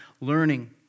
learning